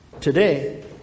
Today